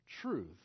truth